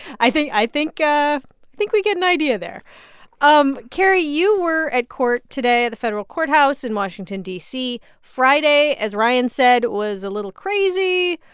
i think i think ah we get an idea there um carrie, you were at court today at the federal courthouse in washington, d c. friday, as ryan said, was a little crazy.